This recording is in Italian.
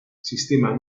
sistema